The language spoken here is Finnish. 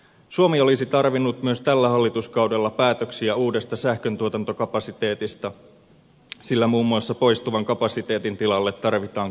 suomi olisi tarvinnut myös tällä hallituskaudella päätöksiä uudesta sähköntuotantokapasiteetista sillä muun muassa poistuvan kapasiteetin tilalle tarvitaan kipeästi uutta